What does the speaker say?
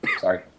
sorry